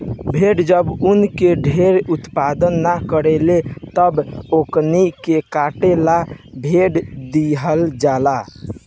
भेड़ जब ऊन के ढेर उत्पादन न करेले तब ओकनी के काटे ला भेज दीहल जाला